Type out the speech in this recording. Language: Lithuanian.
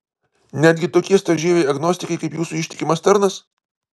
netgi tokie storžieviai agnostikai kaip jūsų ištikimas tarnas